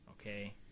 Okay